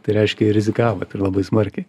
tai reiškia ir rizikavot ir labai smarkiai